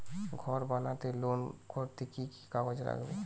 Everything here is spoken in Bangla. ঘর বানাতে লোন করতে কি কি কাগজ লাগবে?